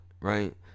right